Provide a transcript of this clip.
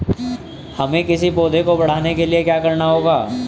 हमें किसी पौधे को बढ़ाने के लिये क्या करना होगा?